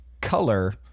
color